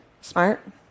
smart